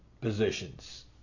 positions